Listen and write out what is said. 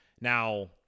Now